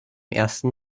ersten